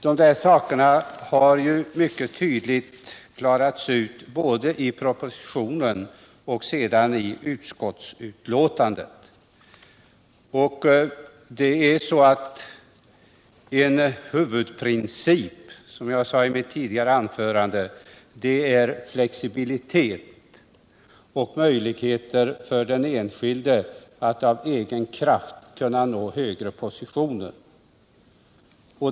De där sakerna har ju mycket klart retts ut både i propositionen och senare i utskottsbetänkandet. En huvudprincip är, som jag sade i mitt tidigare anförande, att åstadkomma flexibilitet och möjligheter för den enskilde att av egen kraft uppnå högre positioner.